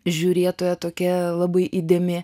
žiūrėtoja tokia labai įdėmi